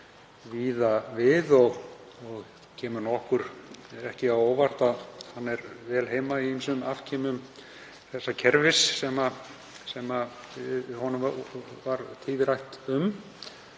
víða við og kemur okkur nú ekki á óvart að hann er vel heima í ýmsum afkimum þess kerfis sem honum varð tíðrætt um.